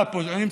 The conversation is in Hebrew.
אני מסיים.